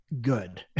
good